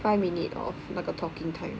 five minute of 那个 talking time